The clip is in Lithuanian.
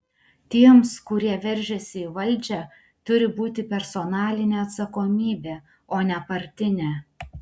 tiems kurie veržiasi į valdžią turi būti personalinė atsakomybė o ne partinė